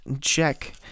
check